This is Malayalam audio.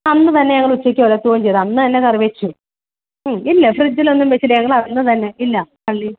അന്ന് തന്നെ ഞങ്ങൾ ഉച്ചയ്ക്ക് ഓലത്തുവെ ചെയ്തു അന്നുതന്നെ കറി വെച്ചു ഇല്ല ഫ്രിഡ്ജിലൊന്നും വെച്ചില്ല ഞങ്ങൾ അന്ന് തന്നെ ഇല്ല പള്ളി